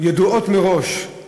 ידועות מראש,